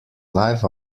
live